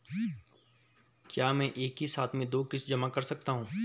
क्या मैं एक ही साथ में दो किश्त जमा कर सकता हूँ?